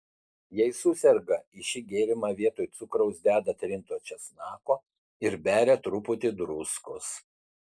jei suserga į šį gėrimą vietoj cukraus deda trinto česnako ir beria truputį druskos